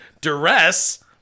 Duress